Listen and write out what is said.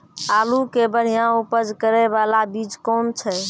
आलू के बढ़िया उपज करे बाला बीज कौन छ?